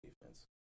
defense